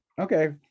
okay